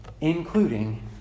Including